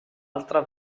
altra